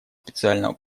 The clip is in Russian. специального